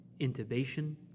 intubation